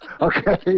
Okay